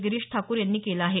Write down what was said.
गिरीष ठाकूर यांनी केलं आहे